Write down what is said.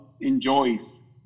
enjoys